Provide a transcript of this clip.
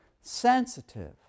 sensitive